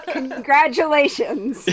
Congratulations